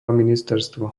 ministerstvo